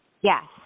Yes